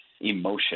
emotion